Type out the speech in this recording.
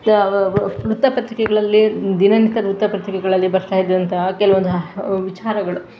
ವ ವ ವೃತ್ತಪತ್ರಿಕೆಗಳಲ್ಲಿ ದಿನನಿತ್ಯದ ವೃತ್ತಪತ್ರಿಕೆಗಳಲ್ಲಿ ಬರ್ತಾಯಿದ್ದಂತಹ ಕೆಲವೊಂದು ವಿಚಾರಗಳು